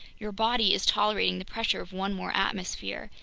your body is tolerating the pressure of one more atmosphere,